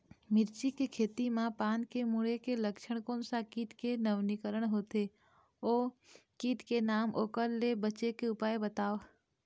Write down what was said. मिर्ची के खेती मा पान के मुड़े के लक्षण कोन सा कीट के नवीनीकरण होथे ओ कीट के नाम ओकर ले बचे के उपाय बताओ?